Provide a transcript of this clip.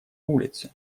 улице